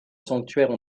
sanctuaires